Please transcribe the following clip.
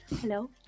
hello